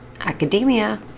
Academia